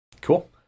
Cool